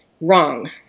wrong